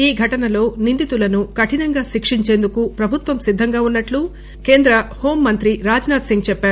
ఈ ఘటనలో నిందితులను కఠినంగా శిక్షించే ప్రభుత్వం సిద్దంగా ఉన్నట్లు కేంద్ర హోం మంత్రి రాజ్ నాథ్ సింగ్ చెప్పారు